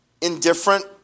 indifferent